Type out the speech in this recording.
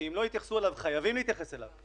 שאם לא התייחסו אליו חייבים להתייחס אליו,